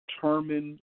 determined